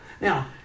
Now